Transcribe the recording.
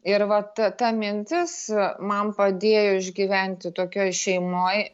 ir vat ta mintis man padėjo išgyventi tokioj šeimoj